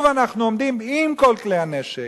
עומדים עם כל כלי הנשק,